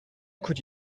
could